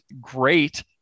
great